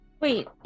wait